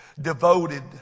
devoted